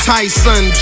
Tyson